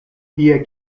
tie